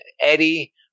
eddie